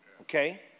Okay